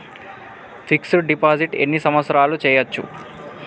Fix డ్ deposit ఎన్ని సంవత్సరాలు చేయచ్చు?